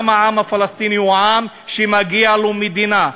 גם העם הפלסטיני הוא עם שמגיעה לו מדינה,